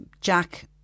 Jack